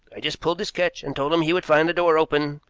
i just pulled this catch and told him he would find the door open,